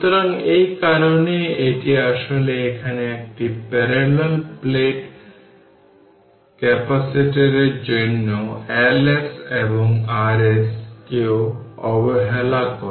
সুতরাং এই কারণেই এটি আসলে এখানে একটি প্যারালাল প্লেট ক্যাপাসিটরের জন্য Ls এবং Rs কেও অবহেলা করে